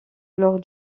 lors